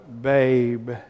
babe